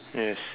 yes